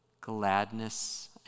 Gladness